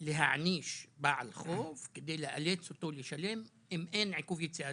להעניש בעל חוב כדי לאלץ אותו לשלם אם אין עיכוב יציאה?